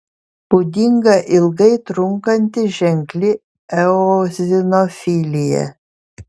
būdinga ilgai trunkanti ženkli eozinofilija